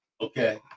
okay